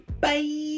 Bye